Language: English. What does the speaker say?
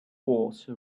horse